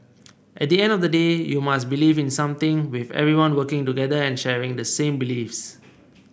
at the end of the day you must believe in something with everyone working together and sharing the same beliefs